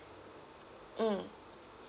mm